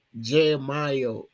Jeremiah